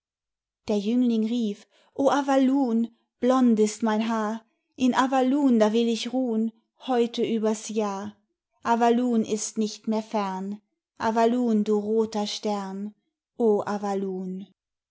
der jüngling rief o avalun blond ist mein haar in avalun da will ich ruh'n heute übers jahr avalun ist nicht mehr fern avalun du roter stern o